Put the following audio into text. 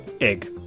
egg